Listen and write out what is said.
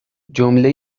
جمله